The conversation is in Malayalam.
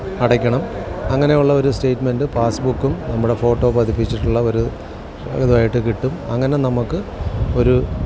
അടയ്ക്കണം അങ്ങനെയുള്ള ഒരു സ്റ്റേറ്റ്മെന്റ് പാസ് ബുക്കും നമ്മുടെ ഫോട്ടോ പതിപ്പിച്ചിട്ടുള്ള ഒരു ഇതായിട്ടു കിട്ടും അങ്ങനെ നമുക്ക് ഒരു